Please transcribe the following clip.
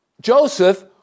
Joseph